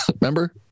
Remember